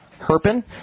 Herpin